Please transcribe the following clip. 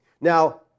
Now